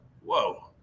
Whoa